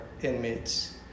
inmates